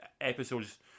episodes